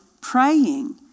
praying